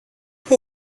who